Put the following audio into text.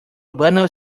urbano